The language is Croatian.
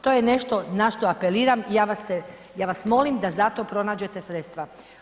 To je nešto na što apeliram, ja vas molim da za to pronađete sredstva.